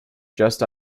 just